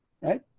Right